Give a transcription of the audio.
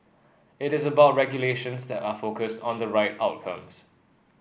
it is about regulations that are focused on the right outcomes